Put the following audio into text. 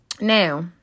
Now